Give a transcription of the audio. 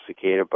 cicada